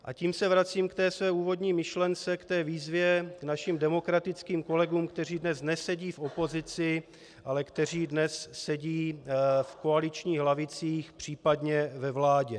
A tím se vracím k té své úvodní myšlence, k té výzvě našim demokratickým kolegům, kteří dnes nesedí v opozici, ale kteří dnes sedí v koaličních lavicích, případně ve vládě.